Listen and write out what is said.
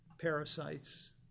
parasites